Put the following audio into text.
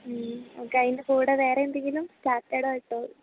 ഉം ഓക്കേ അതിൻ്റെ കൂടെ വേറെയെന്തെങ്കിലും സ്റ്റാർട്ടറായിട്ട്